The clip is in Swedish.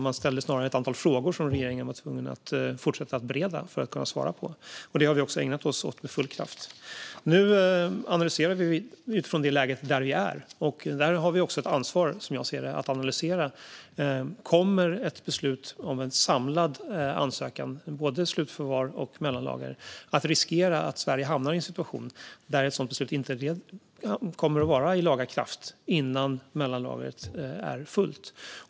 Man ställde snarare ett antal frågor som regeringen måste fortsätta att bereda för att kunna svara på, och det har vi också ägnat oss åt med full kraft. Nu analyserar vi läget utifrån det läge där vi är. Där har vi ett ansvar, som jag ser det, att analysera om ett beslut om en samlad ansökan, både om slutförvar och om mellanlagring, kommer att riskera att Sverige hamnar i en situation där ett sådant beslut inte kommer att vara i laga kraft innan mellanlagret är fullt.